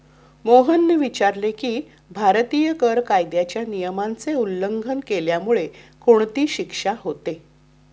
मोहनने विचारले की, भारतीय कर कायद्याच्या नियमाचे उल्लंघन केल्यामुळे कोणती शिक्षा होते?